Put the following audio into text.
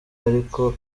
ariko